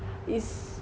is